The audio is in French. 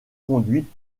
conduite